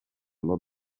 lot